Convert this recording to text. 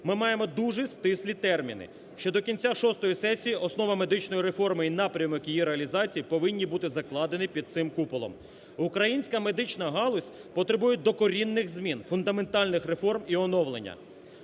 Ми маємо дуже стислі терміни, що до кінця шостої сесії основи медичної реформи і напрямок її реалізації повинні бути закладені під цим куполом. Українська медична галузь потребує докорінних змін, фундаментальних реформи і оновлення.